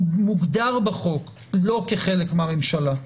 הוא מוגדר בחוק לא כחלק מהממשלה.